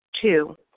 Two